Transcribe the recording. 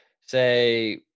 say